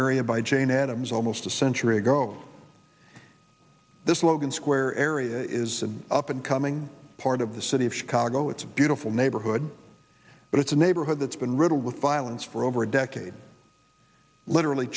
area by jane adams almost a century ago this logan square area is up and coming part of the city of chicago it's a beautiful neighborhood but it's a neighborhood that's been riddled with violence for over a decade literally